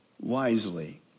wisely